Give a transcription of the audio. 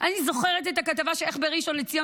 אני זוכרת את הכתבה איך בראשון לציון